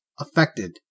affected